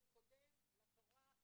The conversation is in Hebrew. זה קודם לתורה,